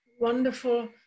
wonderful